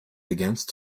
against